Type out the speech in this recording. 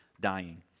dying